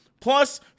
Plus